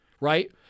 right